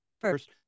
first